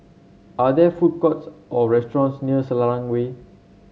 are there food courts or restaurants near Selarang Way